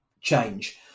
change